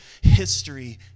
history